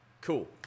Cool